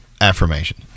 affirmation